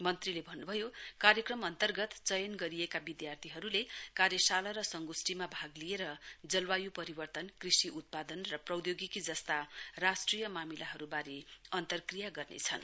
मन्त्रीले भन्नुभयो कार्यक्रम अन्तर्गत चयन गरिएका विधार्थीहरुले कार्यशाला र संगोष्टीमा भाग लिएर जलवायु परिवर्तन कृषि उत्पादन र प्रौधोगिकी जस्ता राष्ट्रिय मामिलाहरुवारे अन्तक्रिया गर्नेछन्